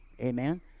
Amen